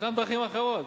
ישנן דרכים אחרות,